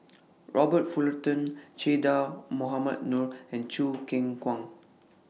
Robert Fullerton Che Dah Mohamed Noor and Choo Keng Kwang